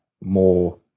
more